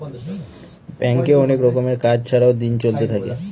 ব্যাঙ্কে অনেক রকমের কাজ ছাড়াও দিন চলতে থাকে